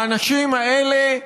האנשים האלה,